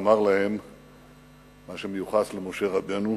ואמר להם מה שמיוחס למשה רבנו: